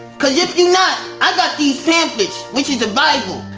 cause if you not, i got these pamphlets, which is the bible.